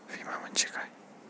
विमा म्हणजे काय?